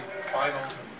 finals